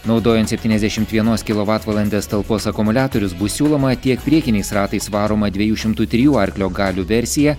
naudojant septyniasdešimt vienos kilovatvalandės talpos akumuliatorius bus siūloma tiek priekiniais ratais varoma dviejų šimtų trijų arklio galių versija